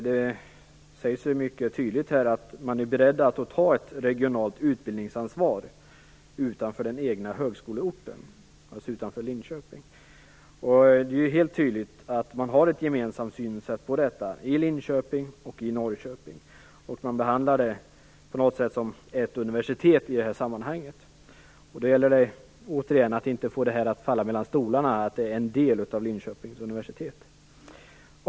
Det sägs mycket tydligt att man är beredd att ta ett regionalt utbildningsansvar utanför den egna högskoleorten, dvs. utanför Linköping. Det är helt tydligt att man har ett gemensamt synsätt på detta i Linköping och i Norrköping. Man behandlar det på något sätt som ett universitet i det här sammanhanget. Det gäller återigen att inte få verksamheten att falla mellan stolarna, eftersom den är en del av Linköpings universitet.